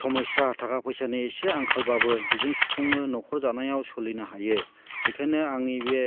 समयसा थाखा फैसानि एसे आंखालब्लाबो बेजों सुफुङो न'खर दानायाव सोलिनो हायो बेखायनो आंनि बे